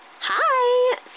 Hi